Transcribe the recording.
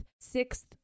sixth